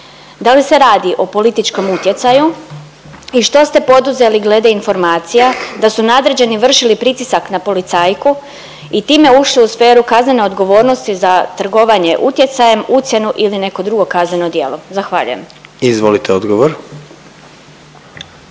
Da li se radi o političkom utjecaju i što ste poduzeli glede informacija da su nadređeni vršili pritisak na policajku i time ušli u sferu kaznene odgovornosti za trgovanjem utjecajem, ucjenu ili neko drugo kazneno djelo? Zahvaljujem. **Jandroković,